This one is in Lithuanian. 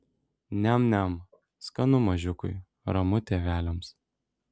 niam niam skanu mažiukui ramu tėveliams